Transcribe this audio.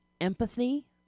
empathy